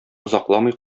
озакламый